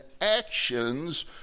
actions